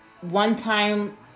one-time